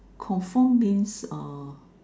confirm means uh